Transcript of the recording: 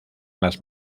las